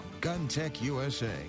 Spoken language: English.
GunTechUSA